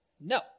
No